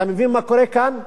אתה מבין מה קורה כאן?